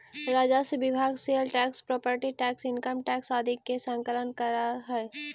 राजस्व विभाग sale tax property tax income tax आदि के संकलन करऽ हई